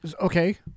Okay